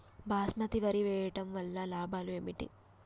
బాస్మతి వరి వేయటం వల్ల లాభాలు ఏమిటి?